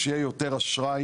שיהיה יותר אשראי,